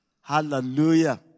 Hallelujah